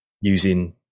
using